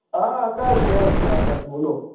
हाँ आकाश यस आकाश बोलो